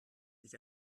sich